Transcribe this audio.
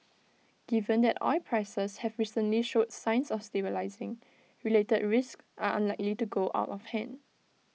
given that oil prices have recently showed signs of stabilising related risks are unlikely to go out of hand